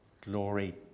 glory